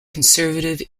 conservative